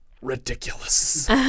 ridiculous